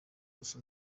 gusa